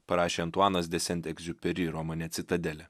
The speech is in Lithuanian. parašė antuanas de sent egziuperi romane citadelė